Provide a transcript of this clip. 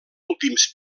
últims